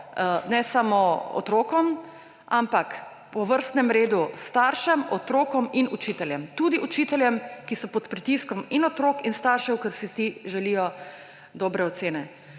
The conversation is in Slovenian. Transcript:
ne samo otrokom, ampak po vrstnem redu staršem, otrokom in učiteljem.« Tudi učiteljem, ki so pod pritiskom in otrok in staršev, ker si ti želijo dobre ocene.